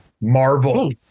Marvel